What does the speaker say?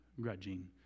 grudging